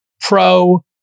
pro